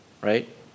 right